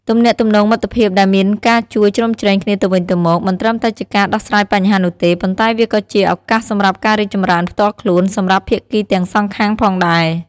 ទំនាក់ទំនងមិត្តភាពដែលមានការជួយជ្រោមជ្រែងគ្នាទៅវិញទៅមក មិនត្រឹមតែជាការដោះស្រាយបញ្ហានោះទេ ប៉ុន្តែវាក៏ជា ឱកាសសម្រាប់ការរីកចម្រើនផ្ទាល់ខ្លួន សម្រាប់ភាគីទាំងសងខាងផងដែរ។